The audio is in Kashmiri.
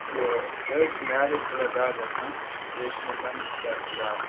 یہِ مےٚ حظ چھُ میٛادَس تھوڑا دَگ آسان بیٚیہِ حظ چھُ مےٚ زَنگَن تہِ آسان دَگ